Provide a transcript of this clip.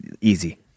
easy